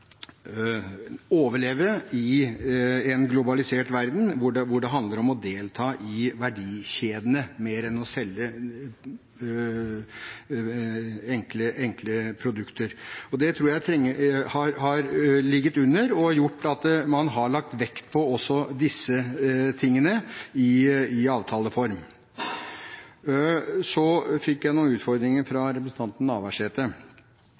overleve i en globalisert verden, hvor det mer handler om å delta i verdikjedene enn å selge enkle produkter. Det tror jeg har ligget under og gjort at man har lagt vekt på også disse tingene i avtaleform. Så fikk jeg noen utfordringer fra representanten Navarsete.